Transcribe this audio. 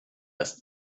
ist